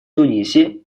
тунисе